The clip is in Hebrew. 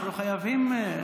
אנחנו חייבים.